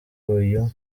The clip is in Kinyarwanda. uyu